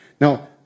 Now